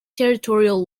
territorial